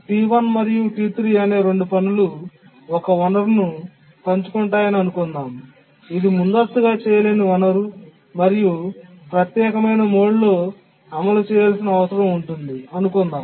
T1 మరియు T3 అనే రెండు పనులు ఒక వనరును పంచుకుంటున్నాయని అనుకుందాం ఇది ముందస్తుగా చేయలేని వనరు మరియు ప్రత్యేకమైన మోడ్లో అమలు చేయాల్సిన అవసరం ఉంటుంది అనుకుందాం